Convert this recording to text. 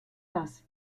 das